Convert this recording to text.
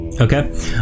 Okay